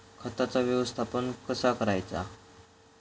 खताचा व्यवस्थापन कसा करायचा?